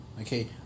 okay